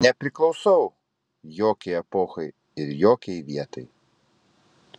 nepriklausau jokiai epochai ir jokiai vietai